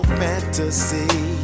fantasy